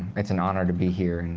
it's an honor to be here,